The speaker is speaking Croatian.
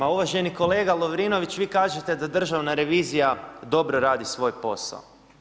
Ma uvaženi kolega Lovrinović, vi kažete da državna revizija dobro radi svoj posao.